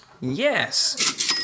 Yes